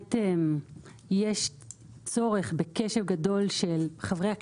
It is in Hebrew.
שבאמת יש צורך בקשב גדול של חברי הכנסת,